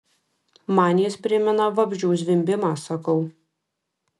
man jis primena vabzdžių zvimbimą sakau